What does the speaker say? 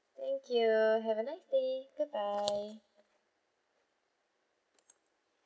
thank you have a nice day goodbye